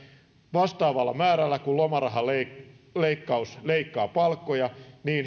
vastaavalla määrällä kuin lomarahaleikkaus leikkaa palkkoja